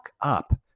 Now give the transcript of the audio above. up